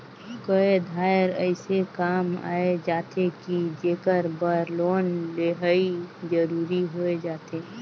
कए धाएर अइसे काम आए जाथे कि जेकर बर लोन लेहई जरूरी होए जाथे